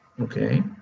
Okay